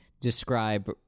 describe